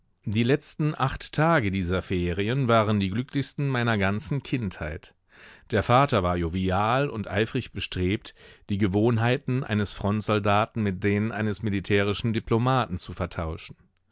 die letzten acht tage dieser ferien waren die glücklichsten meiner ganzen kindheit der vater war jovial und eifrig bestrebt die gewohnheiten eines frontsoldaten mit denen eines militärischen diplomaten zu vertauschen